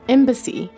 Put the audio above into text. Embassy